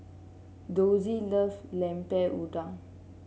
Dossie love Lemper Udang